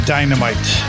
Dynamite